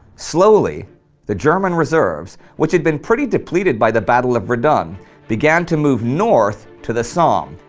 slowly the german reserves, which had been pretty depleted by the battle of verdun, began to move north to the somme,